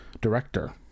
Director